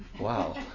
Wow